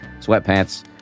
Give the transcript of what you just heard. sweatpants